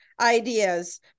ideas